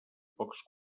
pocs